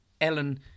Ellen